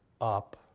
up